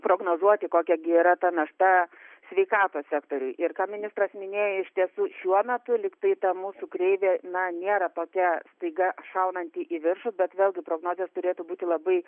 prognozuoti kokia gi yra ta našta sveikatos sektoriui ir ką ministras minėjo iš tiesų šiuo metu lyg tai ta mūsų kreivė na nėra tokia staiga šaunanti į viršų bet vėlgi prognozės turėtų būti labai